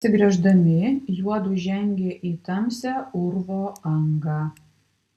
neatsigręždami juodu žengė į tamsią urvo angą